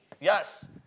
Yes